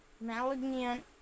Malignant